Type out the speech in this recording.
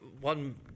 one